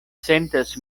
sentas